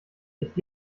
jetzt